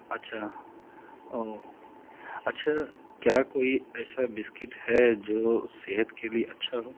اچھا او اچھا کیا کوئی ایسا بسکٹ ہے جو صحت کے لیے اچھا ہو